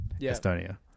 Estonia